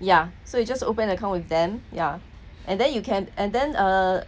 ya so you just open account with them yeah and then you can and then uh